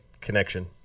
Connection